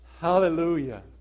Hallelujah